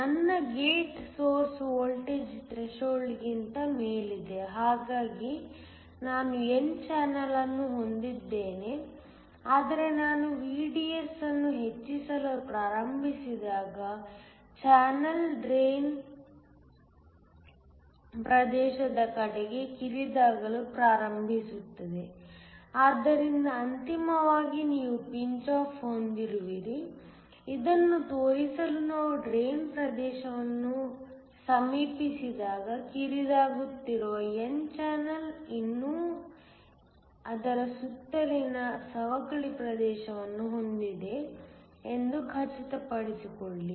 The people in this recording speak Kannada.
ನನ್ನ ಗೇಟ್ ಸೋರ್ಸ್ ವೋಲ್ಟೇಜ್ ಥ್ರೆಶೋಲ್ಡ್ಗಿಂತ ಮೇಲಿದೆ ಹಾಗಾಗಿ ನಾನು n ಚಾನೆಲ್ ಅನ್ನು ಹೊಂದಿದ್ದೇನೆ ಆದರೆ ನಾನು VDS ಅನ್ನು ಹೆಚ್ಚಿಸಲು ಪ್ರಾರಂಭಿಸಿದಾಗ ಚಾನಲ್ ಡ್ರೈನ್ ಪ್ರದೇಶದ ಕಡೆಗೆ ಕಿರಿದಾಗಲು ಪ್ರಾರಂಭಿಸುತ್ತದೆ ಆದ್ದರಿಂದ ಅಂತಿಮವಾಗಿ ನೀವು ಪಿಂಚ್ ಆಫ್ ಹೊಂದಿರುವಿರಿ ಇದನ್ನು ತೋರಿಸಲು ನಾವು ಡ್ರೈನ್ ಪ್ರದೇಶವನ್ನು ಸಮೀಪಿಸಿದಾಗ ಕಿರಿದಾಗುತ್ತಿರುವ n ಚಾನೆಲ್ ಇನ್ನೂ ಅದರ ಸುತ್ತಲಿನ ಸವಕಳಿ ಪ್ರದೇಶವನ್ನು ಹೊಂದಿದೆ ಎಂದು ಖಚಿತಪಡಿಸಿಕೊಳ್ಳಿ